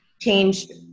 changed